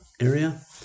area